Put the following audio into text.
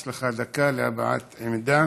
יש לך דקה להבעת עמדה.